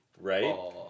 right